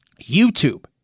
YouTube